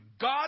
God